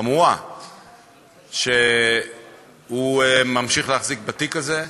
חמורה שהוא ממשיך להחזיק בתיק הזה,